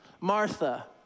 Martha